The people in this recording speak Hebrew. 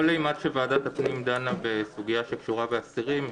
כל אימת שוועדת הפנים דנה בזכויות של אסירים,